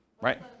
right